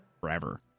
forever